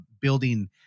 building